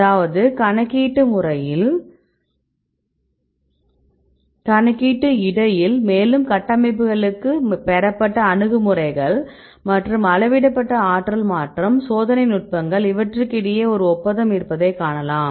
அதாவது கணக்கீட்டுக்கு இடையில் மேலும் கட்டமைப்புகளிலிருந்து பெறப்பட்ட அணுகுமுறைகள் மற்றும் அளவிடப்பட்ட ஆற்றல் மாற்றம் சோதனை நுட்பங்கள் இவற்றிற்கிடையே ஒரு ஒப்பந்தம் இருப்பதை காணலாம்